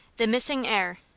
the missing heir.